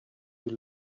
you